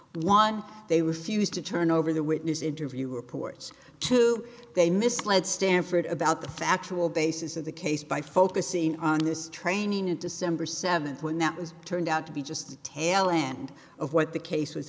one they refused to turn over the witness interview reports to they misled stanford about the factual basis of the case by focusing on this training in december seventh when that was turned out to be just the tail end of what the case was